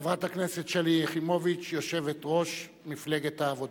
שלי יחימוביץ, יושבת-ראש מפלגת העבודה.